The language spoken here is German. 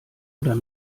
oder